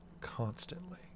constantly